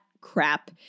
crap